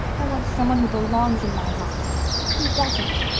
i want some one who belongs in my life. he doesn't.